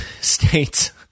states